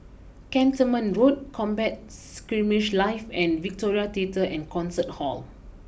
Cantonment Road Combat Skirmish Live and Victoria Theatre and Concert Hall